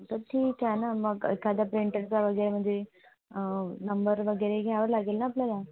तर ठीक आहे ना मग एखाद्या पेंटरचा वगैरे म्हणजे नंबर वगैरे घ्यावा लागेल ना आपल्याला